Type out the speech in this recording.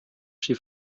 she